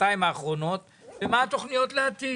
שנתיים האחרונות ומה התוכניות לעתיד.